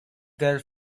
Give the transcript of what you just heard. their